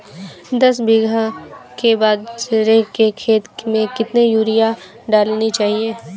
दस बीघा के बाजरे के खेत में कितनी यूरिया डालनी चाहिए?